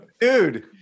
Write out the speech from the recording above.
Dude